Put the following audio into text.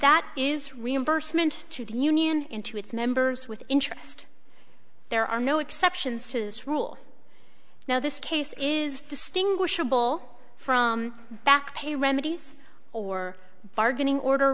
that is reimbursement to the union into its members with interest there are no exceptions to this rule now this case is distinguishable from back pay remedies or bargaining order